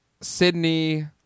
Sydney